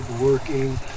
working